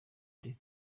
ari